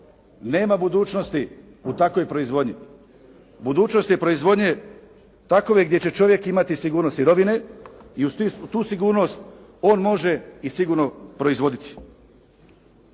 Nema budućnosti u takvoj proizvodnji. Budućnost je proizvodnje takove gdje će čovjek imati sigurnost sirovine i uz tu sigurnost on može i sigurno proizvoditi.